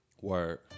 Word